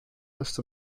list